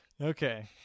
okay